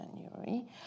January